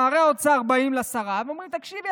נערי האוצר באים לשרה ואומרים לה: תקשיבי,